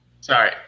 Sorry